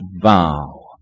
vow